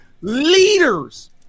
leaders